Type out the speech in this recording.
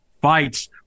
fights